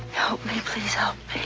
help me. please help